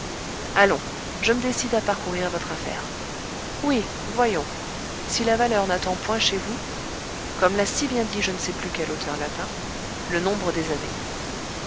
allons je me décide à parcourir votre affaire oui voyons si la valeur n'attend point chez vous comme l'a si bien dit je ne sais plus quel auteur latin le nombre des années